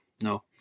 no